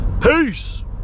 peace